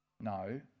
no